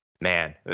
man